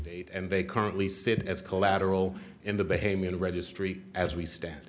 date and they currently sit as collateral in the bahamian registry as we stand